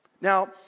Now